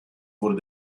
wurde